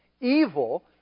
Evil